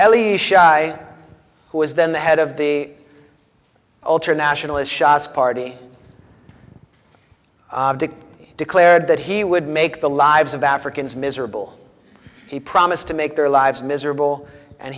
at least shy who was then the head of the ultra nationalists shah's party declared that he would make the lives of africans miserable he promised to make their lives miserable and